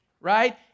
right